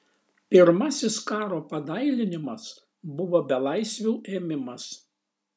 pirmasis karo padailinimas buvo belaisvių ėmimas